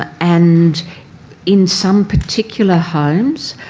and in some particular homes